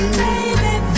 baby